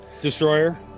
Destroyer